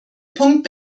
punkt